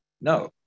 No